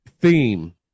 theme